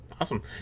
Awesome